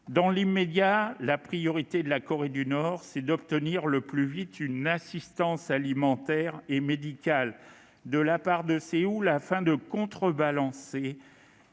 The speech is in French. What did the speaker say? Dans l'immédiat, la priorité pour la Corée du Nord est d'obtenir au plus vite une assistance alimentaire et médicale de la part de Séoul, afin de contrebalancer